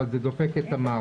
אבל זה דופק את המערכת.